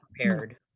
prepared